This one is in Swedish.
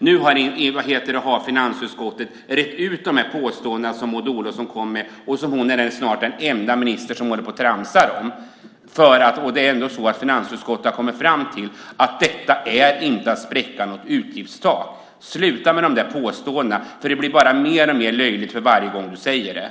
Nu har finansutskottet rett ut Maud Olofssons påståenden, och hon är snart den enda ministern som håller på att tramsa om dem. Finansutskottet har kommit fram till att detta inte är att spräcka något utgiftstak. Sluta med de påståendena. Det blir bara mer och mer löjligt för var gång du säger så.